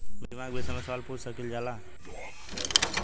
बीमा के विषय मे सवाल पूछ सकीलाजा?